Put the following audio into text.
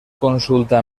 consulta